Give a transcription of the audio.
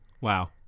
Wow